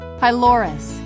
pylorus